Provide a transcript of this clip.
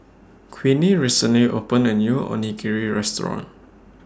Queenie recently opened A New Onigiri Restaurant